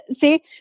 see